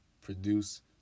produce